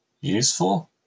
useful